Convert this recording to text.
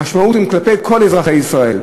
המשמעות היא כלפי כל אזרחי ישראל.